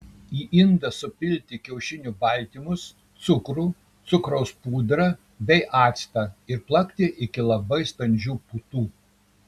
į indą supilti kiaušinių baltymus cukrų cukraus pudrą bei actą ir plakti iki labai standžių putų